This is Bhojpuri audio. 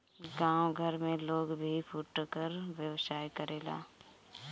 गांव घर में लोग भी फुटकर व्यवसाय करेला